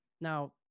Now